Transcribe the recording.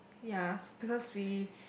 ya because we